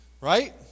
Right